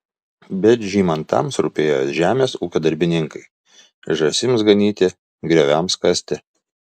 bet žymantams rūpėjo žemės ūkio darbininkai žąsims ganyti grioviams kasti